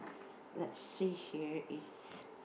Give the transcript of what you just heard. let's see here is